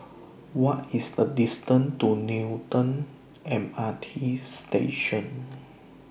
What IS The distance to Newton M R T Station